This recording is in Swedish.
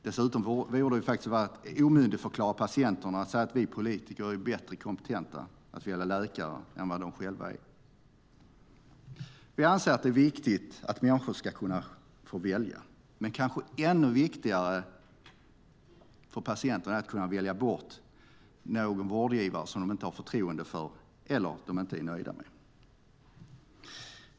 Dessutom vore det faktiskt att omyndigförklara patienterna att säga att vi politiker är mer kompetenta att välja läkare än vad de själva är. Vi anser att det är viktigt att människor ska kunna välja, men kanske ännu viktigare för patienterna är att kunna välja bort någon vårdgivare som de inte har förtroende för eller som de inte är nöjda med.